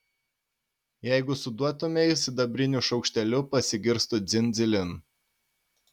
jeigu suduotumei sidabriniu šaukšteliu pasigirstų dzin dzilin